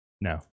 no